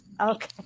okay